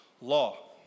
law